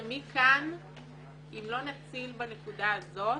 שאם לא נציל בנקודה הזאת,